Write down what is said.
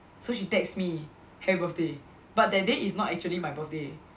so she text me happy birthday but that day is not actually my birthday